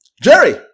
jerry